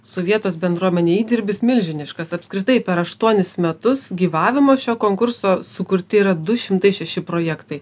su vietos bendruomene įdirbis milžiniškas apskritai per aštuonis metus gyvavimo šio konkurso sukurti yra du šimtai šeši projektai